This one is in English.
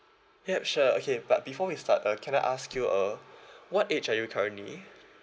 yup sure okay but before we start uh can I ask you uh what age are you currently